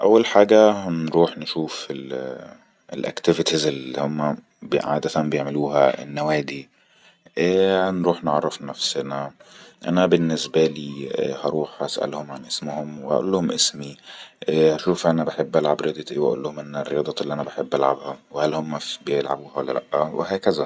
أول حاجه نروح نشوف الاكتفيتز اللي هم عادتن بيعملوها النوادي نروح نعرف نفسنا أنا بالنسبة لي هروح اسألهم عن اسمهم واقول لهم اسمي هشوف انا بحب العب رياضة ايه واقول لهم ان الرياضه اللي بحب العبها هل هم بيلعبوها ولالا وهكذا